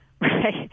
Right